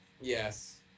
Yes